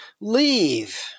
leave